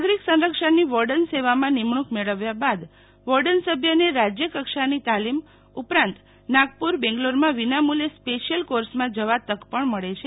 નાગરિક સંરક્ષણની વોર્ડન સેવામાં નિમણૂંક મેળવ્યા બાદ વોર્ડન સભ્યને રાજ્ય કક્ષાની તાલીમ ઉપરાંત નાગપુર બેંગલોરમાં વિના મુલ્યે સ્પેશ્યલ કોર્ષમાં જવા તક પણ મળે છે